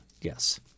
Yes